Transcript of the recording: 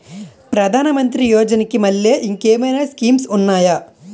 ప్రధాన మంత్రి యోజన కి మల్లె ఇంకేమైనా స్కీమ్స్ ఉన్నాయా?